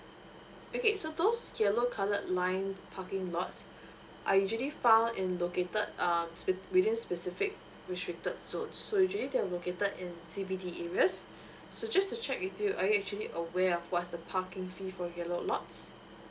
okay so those yellow colour line parking lots are usually found in located err speci~ within specific restricted zone so usually they are located in C_B_D areas so just to check with you are you actually aware of what's the parking fee for yellow lots